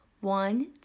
One